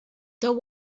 the